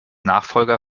nachfolger